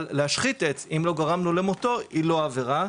אבל להשחית עץ אם לא גרמנו למותו היא לא עבירה.